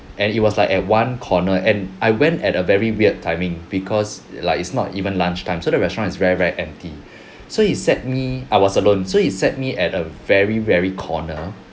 and it was like at one corner and I went at a very weird timing because like it's not even lunchtime so the restaurant is very very empty so he sat me I was alone so he sat me at a very very corner